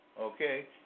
Okay